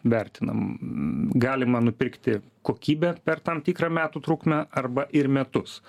vertinam galima nupirkti kokybę per tam tikrą metų trukmę arba ir metus